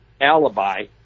alibi